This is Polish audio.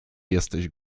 jesteś